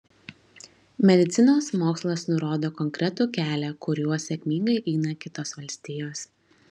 medicinos mokslas nurodo konkretų kelią kuriuo sėkmingai eina kitos valstijos